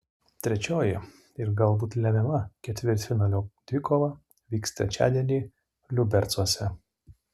trečioji ir galbūt lemiama ketvirtfinalio dvikova vyks trečiadienį liubercuose